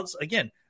again